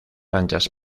anchas